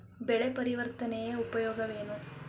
ಬೆಳೆ ಪರಿವರ್ತನೆಯ ಉಪಯೋಗವೇನು?